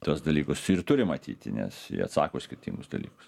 tuos dalykus ir turi matyti nes jie atsako už skirtingus dalykus